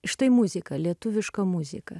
štai muzika lietuviška muzika